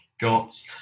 got